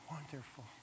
wonderful